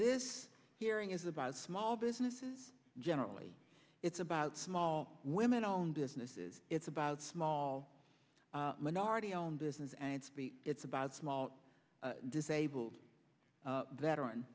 this hearing is about small businesses generally it's about small women owned businesses it's about small minority owned business and it's about small disabled veteran